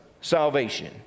salvation